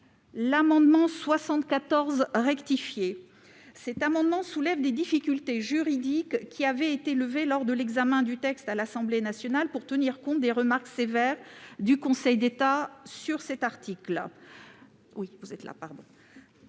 L'amendement n° 74 rectifié soulève des difficultés juridiques, qui avaient été levées lors de l'examen du texte à l'Assemblée nationale pour tenir compte des remarques sévères du Conseil d'État sur cet article. Viser la